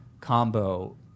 combo